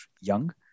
young